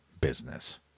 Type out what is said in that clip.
business